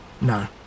No